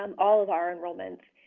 um all of our enrollments.